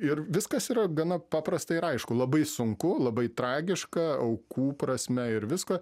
ir viskas yra gana paprasta ir aišku labai sunku labai tragiška aukų prasme ir visko